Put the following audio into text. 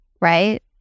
right